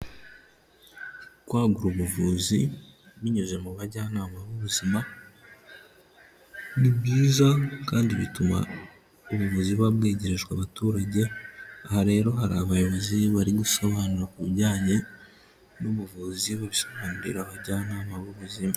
Kwagura ubuvuzi binyuze mu bajyanama b'ubuzima, ni bwiza kandi bituma ubuvuzi bwegerejwe abaturage, aha rero hari abayobozi bari gusobanura ibijyanye n'ubuvuzi babisobanugira abajyanama b'ubuzima.